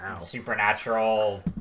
supernatural